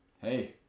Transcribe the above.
hey